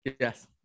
Yes